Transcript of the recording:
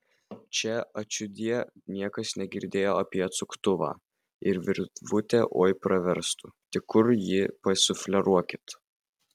čia ačiūdie niekas negirdėjo apie atsuktuvą ir virvutė oi praverstų tik kur ji pasufleruokit